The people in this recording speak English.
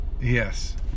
Yes